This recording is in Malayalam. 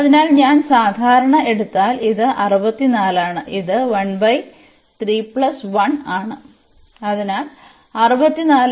അതിനാൽ ഞാൻ സാധാരണ എടുത്താൽ ഇത് 64 ആണ് ഇത് ആണ് അതിനാൽ അതിനാൽ